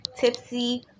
Tipsy